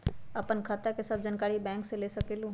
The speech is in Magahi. आपन खाता के सब जानकारी बैंक से ले सकेलु?